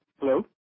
Hello